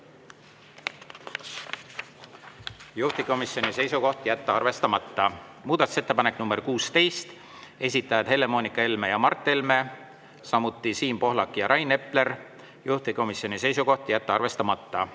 juhtivkomisjoni seisukoht on jätta arvestamata. Muudatusettepanek nr 16, esitajad Helle-Moonika Helme ja Mart Helme, samuti Siim Pohlak ja Rain Epler, juhtivkomisjoni seisukoht on jätta arvestamata.